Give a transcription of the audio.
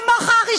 מי כמוך,